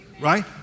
Right